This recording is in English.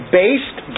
based